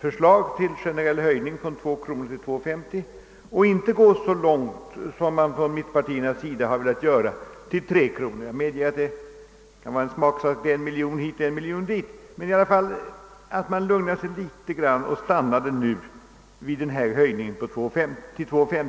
föreslagna generella höjningen. Man bör alltså enligt vår mening inte gå så långt som mittenpartierna velat göra — till 3 kronor. Jag medger att det kan vara en smaksak — det är en miljon hit eller en miljon dit — men vi anser i alla fall att man bör lugna sig något och alltså stanna vid denna höjning till 2 kronor 50 öre.